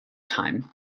time